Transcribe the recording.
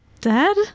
Dad